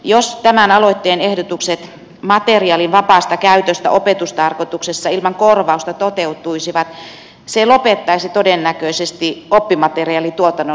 jos tämän aloitteen ehdotukset materiaalin vapaasta käytöstä opetustarkoituksessa ilman korvausta toteutuisivat se lopettaisi todennäköisesti oppimateriaalituotannon lähes kokonaan